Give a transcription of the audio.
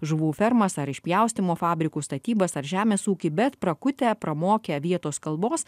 žuvų fermas ar išpjaustymo fabrikus statybas ar žemės ūkį bet prakutę pramokę vietos kalbos